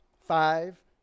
five